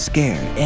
Scared